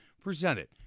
presented